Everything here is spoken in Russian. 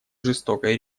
жестокой